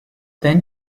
then